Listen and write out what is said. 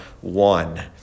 one